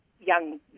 young